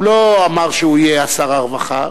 הוא לא אמר שהוא יהיה שר הרווחה.